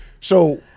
So-